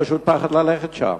פשוט פחד ללכת שם.